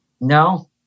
No